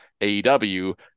AEW